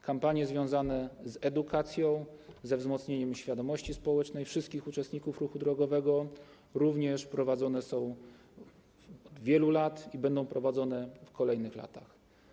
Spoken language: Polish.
Kampanie związane z edukacją, ze wzmocnieniem świadomości społecznej wszystkich uczestników ruchu drogowego również prowadzone są od wielu lat i będą prowadzone w kolejnych latach.